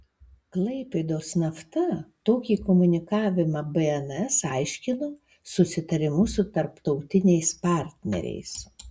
klaipėdos nafta tokį komunikavimą bns aiškino susitarimu su tarptautiniais partneriais